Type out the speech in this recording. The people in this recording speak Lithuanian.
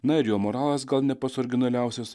na ir jo moralas gal ne pats originaliausias